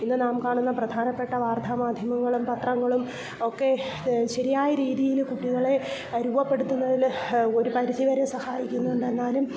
ഇന്ന് നാം കാണുന്ന പ്രധാനപ്പെട്ട വാർത്താ മാധ്യമങ്ങളും പത്രങ്ങളും ഒക്കെ ശരിയായ രീതിയിൽ കുട്ടികളെ രൂപപ്പെടുത്തുന്നതിൽ ഒരു പരിധിവരെ സഹായിക്കുന്നുണ്ടെന്നാലും